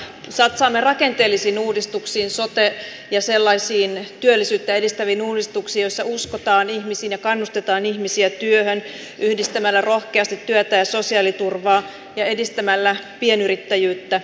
satsaamme rakenteellisiin uudistuksiin sote ja sellaisiin työllisyyttä edistäviin uudistuksiin joissa uskotaan ihmisiin ja kannustetaan ihmisiä työhön yhdistämällä rohkeasti työtä ja sosiaaliturvaa ja edistämällä pienyrittäjyyttä